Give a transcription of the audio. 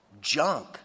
junk